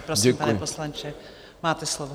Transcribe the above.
Prosím, pane poslanče, máte slovo.